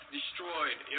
destroyed